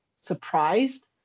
surprised